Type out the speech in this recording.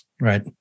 Right